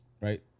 right